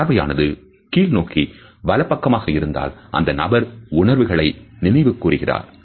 பார்வையானது கீழ் நோக்கி வலப்பக்கமாகஇருந்தால் அந்த நபர் உணர்வுகளை நினைவு கூறுகிறார்